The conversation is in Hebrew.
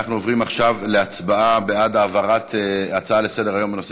אנחנו עוברים עכשיו להצבעה בעד העברת ההצעה לסדר-היום בנושא